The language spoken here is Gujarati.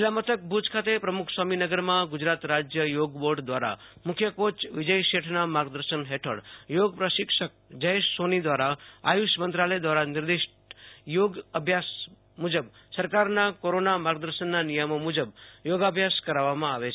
જિલ્લા મથક ભુજ ખાતેના પ્રમુખસ્વામીનગરમાં ગુજરાત રાજ્ય યોગ બોર્ડ દ્વારા મુખ્ય કોચ વિજય શેઠના માર્ગદર્શન હેઠળ યોગ પ્રશિક્ષક જયેશ સોની દ્વારા આયુષ મંત્રાલય દ્વારા નિર્દીષ્ઠ યોગ અભ્યાસ મુજબ સરકારના કોરોના માર્ગદર્શનના નિયમો મુજબ યોગાભ્યાસ કરાવવામાં આવે છે